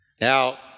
Now